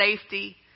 safety